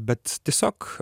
bet tiesiog